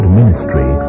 ministry